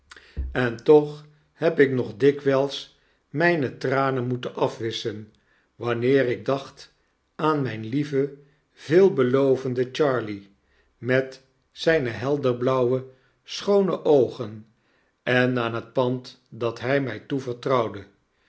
en toch heb ik nog dikwyls mijne tranen moeten afwisschen wanneer ik dacht aan myn lieven veelbelovenden charley met zflne helder blauwe schoone oogen en aan het pand dat hjj mij toevertrouwde